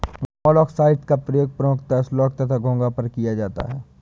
मोलॉक्साइड्स का प्रयोग मुख्यतः स्लग तथा घोंघा पर किया जाता है